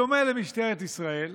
בדומה למשטרת ישראל,